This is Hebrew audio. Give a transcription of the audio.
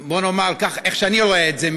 איך שאני רואה את זה,